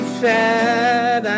sad